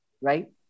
right